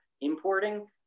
importing